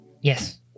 Yes